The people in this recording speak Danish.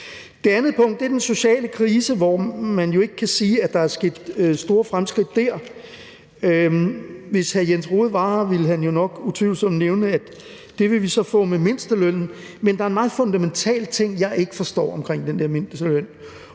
Det andet punkt er den sociale krise, hvor man jo ikke kan sige at der er sket store fremskridt. Hvis hr. Jens Rohde var her, ville han jo nok utvivlsomt nævne, at det vil vi så få med mindstelønnen. Men der er en meget fundamental ting, jeg ikke forstår omkring den der mindsteløn.